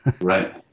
Right